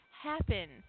Happen